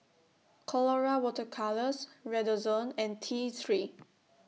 Colora Water Colours Redoxon and T three